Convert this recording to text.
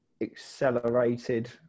accelerated